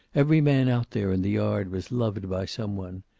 every man out there in the yard was loved by some one.